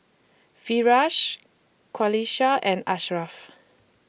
Firash Qalisha and Ashraff